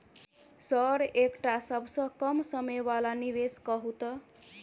Sir एकटा सबसँ कम समय वला निवेश कहु तऽ?